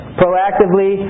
proactively